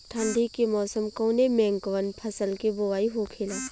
ठंडी के मौसम कवने मेंकवन फसल के बोवाई होखेला?